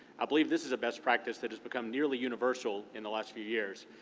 i believe this is a best practice that has become nearly universal in the last few years.